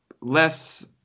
less